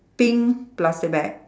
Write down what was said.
pink plastic bag